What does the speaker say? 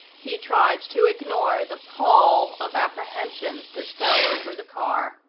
he tried to ignore the pall of apprehension that fell over the car.